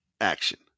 action